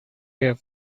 have